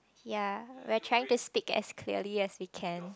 ya we are trying to speak as clearly as we can